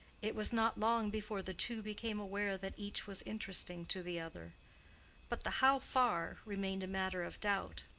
it was not long before the two became aware that each was interesting to the other but the how far remained a matter of doubt.